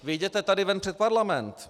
Vyjděte tady ven před parlament.